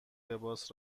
لباس